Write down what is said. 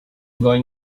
going